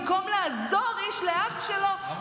במקום לעזור איש לאח שלו,